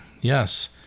Yes